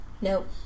Nope